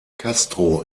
castro